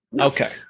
okay